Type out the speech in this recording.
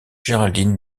géraldine